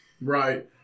Right